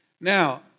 Now